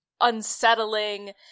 unsettling